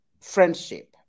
friendship